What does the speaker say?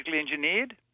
engineered